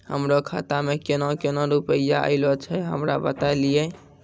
हमरो खाता मे केना केना रुपैया ऐलो छै? हमरा बताय लियै?